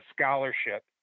scholarship